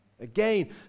Again